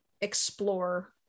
explore